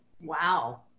Wow